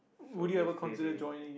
so basically they